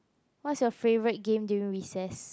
what is you favorite game during recess